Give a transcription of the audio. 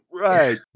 Right